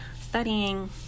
studying